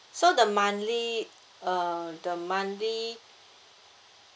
so the monthly uh the monthly